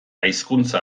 hizkuntza